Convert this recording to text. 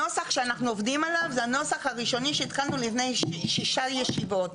הנוסח שאנחנו עובדים עליו זה הנוסח הראשוני שהתחלנו לפני שש ישיבות.